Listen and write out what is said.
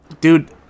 Dude